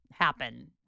happen